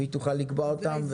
והיא תוכל לקבוע אותם,